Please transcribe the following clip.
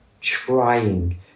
trying